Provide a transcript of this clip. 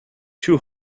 two